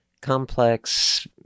complex